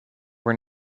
were